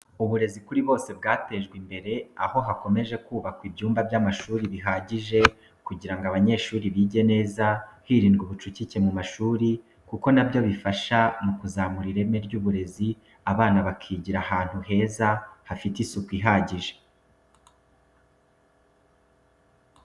Uburezi kuri bose bwatejwe imbere, aho hakomeje kubakwa ibyumba by'amashuri bihagije kugira ngo abanyeshuri bige neza hirindwa ubucucike mu mashuri kuko na byo bifasha mu kuzamura ireme ry'uburezi abana bakigira ahantu heza hafite isuku ihagije.